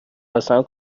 حسن